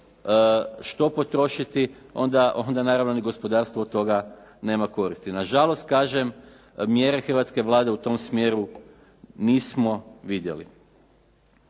što potrošiti onda naravno ni gospodarstvo od toga nema koristi. Nažalost kažem, mjere hrvatske Vlade u tom smjeru nismo vidjeli.